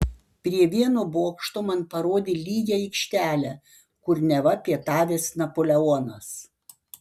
prie vieno bokšto man parodė lygią aikštelę kur neva pietavęs napoleonas